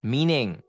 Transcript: Meaning